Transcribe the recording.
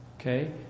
Okay